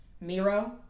Miro